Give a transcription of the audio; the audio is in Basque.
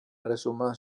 erresuma